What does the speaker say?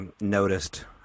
noticed